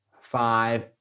five